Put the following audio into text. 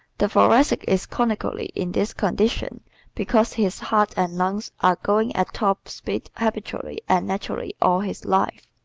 the thoracic is chronically in this condition because his heart and lungs are going at top speed habitually and naturally all his life.